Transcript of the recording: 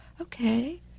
okay